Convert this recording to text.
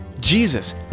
Jesus